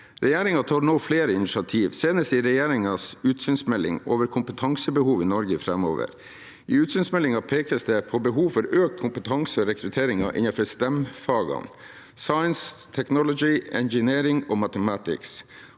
Regjeringen tar nå flere initiativ, senest i regjeringens utsynsmelding over kompetansebehov i Norge framover. I utsynsmeldingen pekes det på behov for økt kompetanse og rekruttering innenfor STEM-fagene: science, technology, engineering, mathematics.